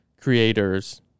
creators